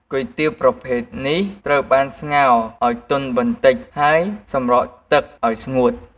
គុយទាវប្រភេទនេះត្រូវបានស្ងោរឱ្យទន់បន្តិច ហើយសម្រស់ទឹកឱ្យស្ងួត។